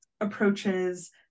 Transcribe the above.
approaches